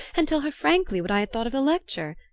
and tell her frankly what i had thought of the lecture?